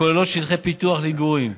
הכוללות שטחי פיתוח למגורים,